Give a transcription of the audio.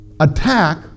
attack